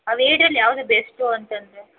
ಅವು ಎರಡರಲ್ಲಿ ಯಾವುದು ಬೇಸ್ಟು ಅಂತಂದರೆ